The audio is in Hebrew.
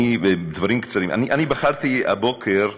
אני, בדברים קצרים, אני בחרתי הבוקר להזמין,